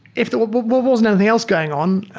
if there wasn't anything else going on,